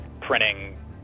printing